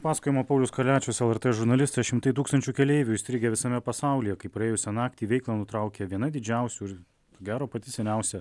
pasakojimą paulius kaliačius lrt žurnalistas šimtai tūkstančių keleivių įstrigę visame pasaulyje kai praėjusią naktį veiklą nutraukė viena didžiausių ir ko gero pati seniausia